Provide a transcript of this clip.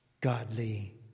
godly